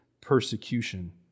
persecution